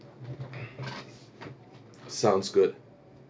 sounds good